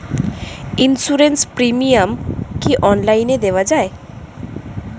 Insurance premium কি online দেওয়া যায়?